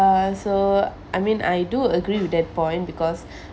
uh so I mean I do agree with that point because